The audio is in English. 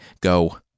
go